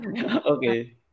okay